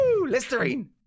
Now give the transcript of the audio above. Listerine